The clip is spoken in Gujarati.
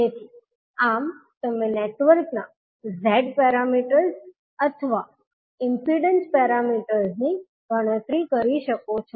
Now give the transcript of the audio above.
તેથી આમ તમે નેટવર્કના z પેરામીટર્સ અથવા ઇમ્પિડન્સ પેરામીટર્સની ગણતરી કરી શકો છો